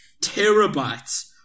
terabytes